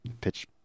pitch